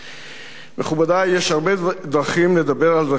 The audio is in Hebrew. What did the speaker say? מכובדי, יש הרבה דרכים לדבר על רחבעם זאבי,